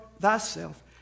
thyself